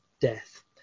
death